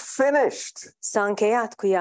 finished